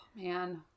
Man